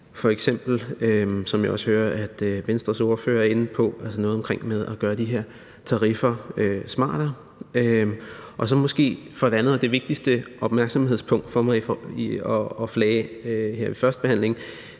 noget om – som jeg også hører Venstres ordfører er inde på – at gøre de her tariffer smartere. Og det andet og det vigtigste opmærksomhedspunkt for mig at flage her ved førstebehandlingen,